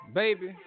baby